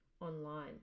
online